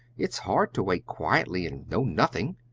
it is hard to wait quietly and know nothing.